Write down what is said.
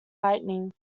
lightning